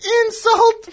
insult